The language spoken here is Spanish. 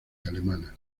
alemana